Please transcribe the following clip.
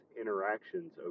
interactions